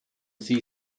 sie